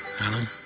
Alan